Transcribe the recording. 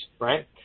right